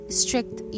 strict